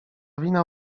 wina